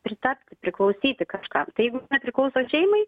pritapti priklausyti kažkam tai jeigu jis nepriklauso šeimai